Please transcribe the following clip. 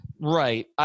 Right